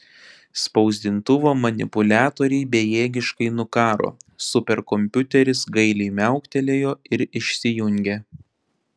spausdintuvo manipuliatoriai bejėgiškai nukaro superkompiuteris gailiai miauktelėjo ir išsijungė